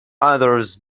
others